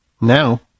Now